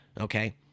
Okay